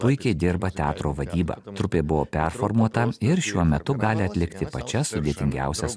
puikiai dirba teatro vadyba trupė buvo performuota ir šiuo metu gali atlikti pačias sudėtingiausias